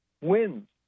wins